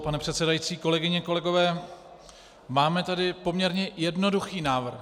Pane předsedající, kolegyně, kolegové, máme tady poměrně jednoduchý návrh.